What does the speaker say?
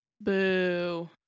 boo